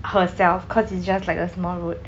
herself cause it's just like a small road